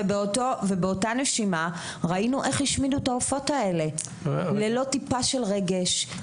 באותה נשימה ראינו איך השמידו את העופות האלה ללא טיפה של רגש,